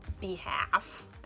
behalf